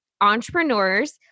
entrepreneurs